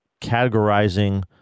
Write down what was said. categorizing